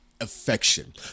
affection